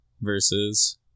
versus